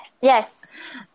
Yes